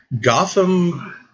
Gotham